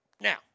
Now